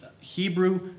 Hebrew